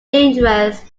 dangerous